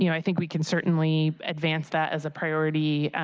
you know i think we can certainly advance that as a priority.